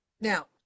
now